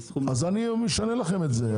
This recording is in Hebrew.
אני משנה לכם את זה.